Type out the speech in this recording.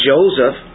Joseph